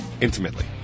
intimately